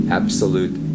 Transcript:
absolute